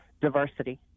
Diversity